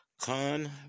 Khan